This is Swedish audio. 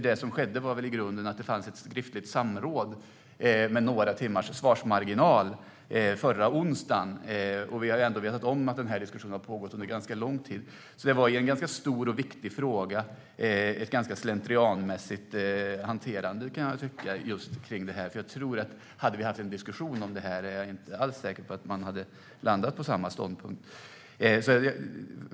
Det som skedde var väl i grunden ett skriftligt samråd, med några timmars svarsmarginal, förra onsdagen. Vi har ändå vetat att diskussionen har pågått under en ganska lång tid. Det var alltså i en ganska stor och viktig fråga ett ganska slentrianmässigt hanterande, kan jag tycka. Om vi hade haft en diskussion om det är jag inte alls säker på att man hade landat på samma ståndpunkt.